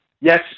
Yes